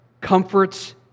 comforts